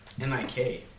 N-I-K